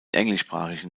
englischsprachigen